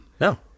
No